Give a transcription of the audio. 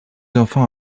enfants